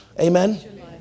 Amen